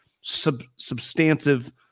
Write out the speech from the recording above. substantive